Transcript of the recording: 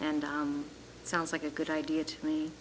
and it sounds like a good idea to me